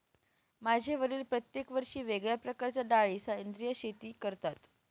माझे वडील प्रत्येक वर्षी वेगळ्या प्रकारच्या डाळी सेंद्रिय शेती करतात